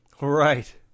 Right